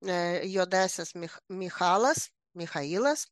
e juodąsias mich michailas michailas